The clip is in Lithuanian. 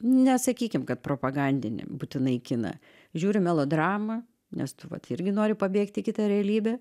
nesakykim kad propagandinį būtinai kiną žiūri melodramą nes tu vat irgi nori pabėgt į kitą realybę